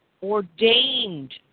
ordained